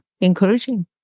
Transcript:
encouraging